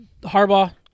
Harbaugh